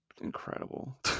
incredible